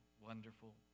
wonderful